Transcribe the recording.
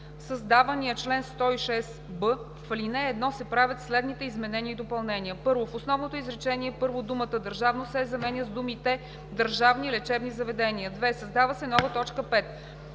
създавания чл. 106б, в ал. 1 се правят следните изменения и допълнения: 1. В основното изречение първо думата „държавно“ се заменя с думите „държавни лечебни заведения“. 2. Създава се нова т. 5: